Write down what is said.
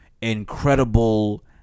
incredible